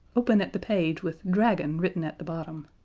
open at the page with dragon written at the bottom.